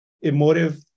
emotive